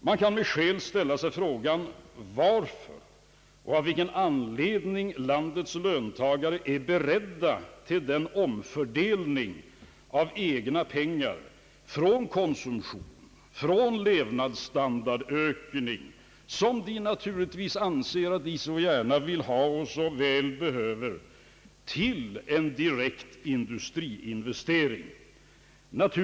Man kan med skäl ställa sig frågan: Varför och av vilken anledning är landets löntagare beredda till en omfördelning av egna pengar från konsumtion och ökning av sin levnadsstandard — vilka pengar de naturligtvis anser sig böra ha och så väl behöver — till en direkt industriinvestering?